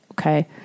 Okay